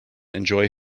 enjoy